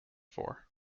for